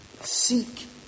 seek